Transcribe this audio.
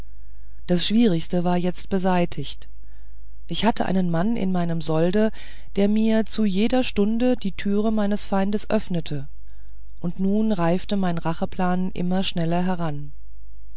das schwierigste war jetzt beseitigt ich hatte einen mann in meinem solde der mir zu jeder stunde die türe meines feindes öffnete und nun reifte mein racheplan immer schneller heran